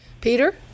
Peter